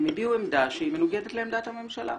הם הביעו עמדה שהיא מנוגדת לעמדת הממשלה,